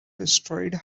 destroyed